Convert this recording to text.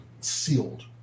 sealed